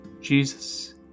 Jesus